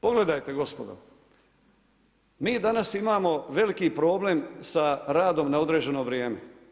Pogledajte gospodo, mi danas imamo veliki problem sa radom na određeno vrijeme.